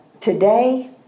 today